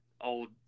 old